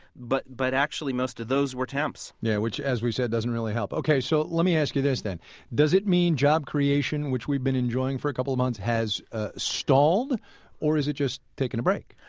but but actually most of those were temps. yeah, which as we said doesn't really help. ok. so let me ask you this then does it mean job creation, which we've been enjoying for a couple of months, has ah stalled or has it just taken a break?